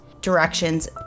directions